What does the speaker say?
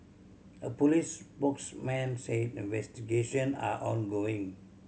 a police spokesman said investigation are ongoing